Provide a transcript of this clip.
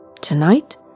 Tonight